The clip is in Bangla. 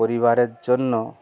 পরিবারের জন্য